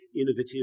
innovative